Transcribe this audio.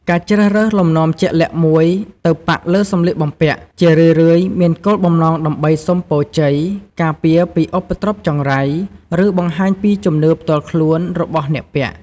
ការជ្រើសរើសលំនាំជាក់លាក់មួយទៅប៉ាក់លើសម្លៀកបំពាក់ ជារឿយៗមានគោលបំណងដើម្បី សុំពរជ័យ ការពារពីឧបទ្រពចង្រៃ ឬ បង្ហាញពីជំនឿផ្ទាល់ខ្លួន របស់អ្នកពាក់។